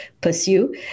pursue